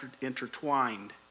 intertwined